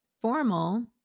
formal